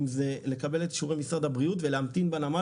אם זה לקבל את אישורי משרד הבריאות ולהמתין בנמל